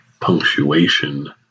punctuation